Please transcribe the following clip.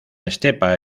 estepa